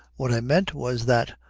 what i meant was that,